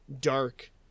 dark